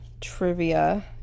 trivia